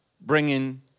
bringing